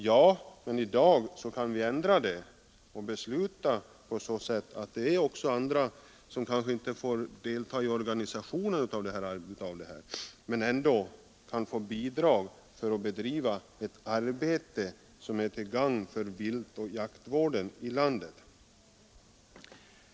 Ja, men i dag kan vi ändra på detta beslut — om inte organisatoriskt så dock då det gäller anslagsfrågan — och föreskriva att också andra organisationer, som kanske inte får delta i organisationen av fonden ändå kan få bidrag för att bedriva ett arbete, som är till gagn för viltoch jaktvården i vårt land.